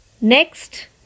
Next